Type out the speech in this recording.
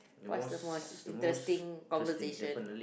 what's the most interesting conversation